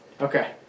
Okay